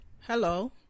Hello